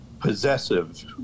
possessive